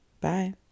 Bye